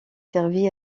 servi